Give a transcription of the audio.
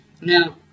Now